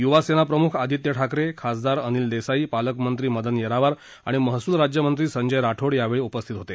युवासेना प्रमुख आदित्य ठाकरे खासदार देसाई पालकमंत्री मदन येरावार आणि महसूल राज्यमंत्री संजय राठोड यावेळी उपस्थित होते